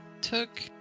took